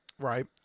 Right